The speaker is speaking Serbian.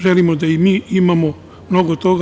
Želimo da i mi imamo mnogo toga.